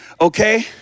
okay